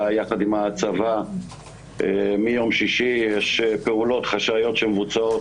יחד עם הצבא מיום שישי יש פעולות חשאיות שמבוצעות,